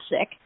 sick